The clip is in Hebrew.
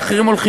ואחרים הולכים,